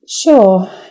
Sure